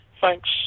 Thanks